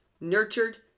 nurtured